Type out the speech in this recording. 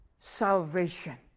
Salvation